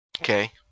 Okay